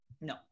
No